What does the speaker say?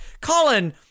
Colin